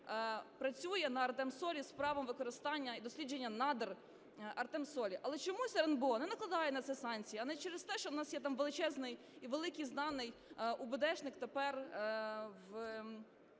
працює на Артемсолі з правом використання і дослідження надр Артемсолі. Але чомусь РНБО не накладає на це санкції. А не через те, що в нас є там величезний і великий, знаний убедешник тепер